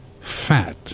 Fat